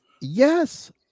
Yes